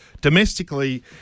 domestically